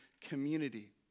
community